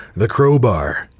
the crowbar,